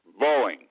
boeing